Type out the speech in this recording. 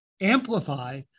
amplify